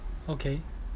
okay